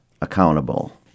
accountable